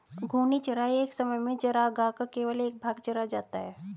घूर्णी चराई एक समय में चरागाह का केवल एक भाग चरा जाता है